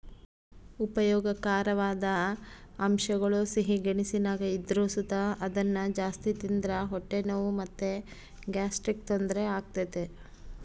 ಉಪಯೋಗಕಾರವಾದ ಅಂಶಗುಳು ಸಿಹಿ ಗೆಣಸಿನಾಗ ಇದ್ರು ಸುತ ಅದುನ್ನ ಜಾಸ್ತಿ ತಿಂದ್ರ ಹೊಟ್ಟೆ ನೋವು ಮತ್ತೆ ಗ್ಯಾಸ್ಟ್ರಿಕ್ ತೊಂದರೆ ಆಗ್ತತೆ